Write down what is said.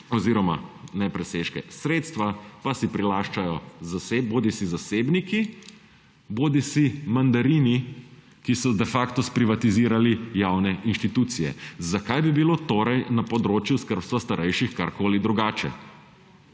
oziroma ne presežke, sredstva pa si prilaščajo bodisi zasebniki bodisi mandarini, ki so de facto sprivatizirali javne institucije. Zakaj bi bilo torej na področju skrbstva starejših karkoli drugače?